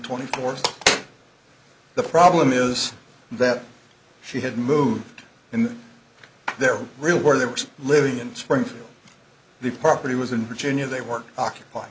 twenty fourth the problem is that she had moved in there really where they were living in springfield the property was in virginia they were occup